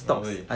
okay